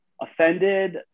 offended